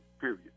period